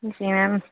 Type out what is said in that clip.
जी ma'am